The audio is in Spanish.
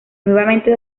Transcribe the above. nuevamente